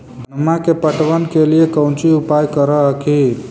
धनमा के पटबन के लिये कौची उपाय कर हखिन?